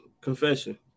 Confession